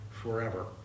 forever